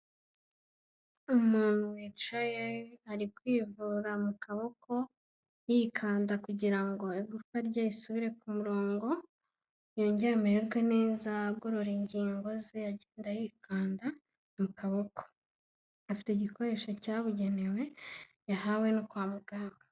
Umuntu wicaye ari kwivura mu kaboko, yikanda kugira ngo igufwa rye risubire ku murongo, yongere amererwe neza, agorora ingingo ze agenda yikanda mu kaboko. Afite igikoresho cyabugenewe yahawe no kwa muganga.